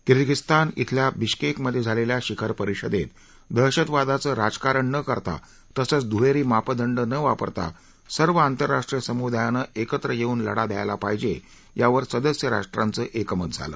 किर्गीझीस्तान इथल्या बिश्केक मधे झालेल्या शिखर परिषदेत दहशतवादाचं राजकारण न करता तसंच दुहेरी मापदंड न वापरता सर्व आंतरराष्ट्रीय समुदायानं एकत्र येऊन लढा द्यायला पाहिजे यावर सदस्य राष्ट्रांचं एकमत झालं